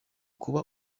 kuba